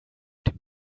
dem